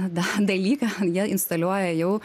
dalyką jie instaliuoja jau